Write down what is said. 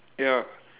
ya